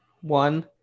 One